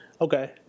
Okay